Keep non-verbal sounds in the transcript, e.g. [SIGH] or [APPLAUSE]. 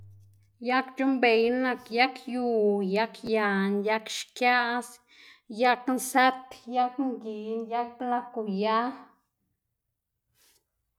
[NOISE] yag c̲h̲uꞌnnbeyná nak yag yu, yag yan, yag xkiaꞌs, yag nsët, yag ngin, yag blag uya. [NOISE]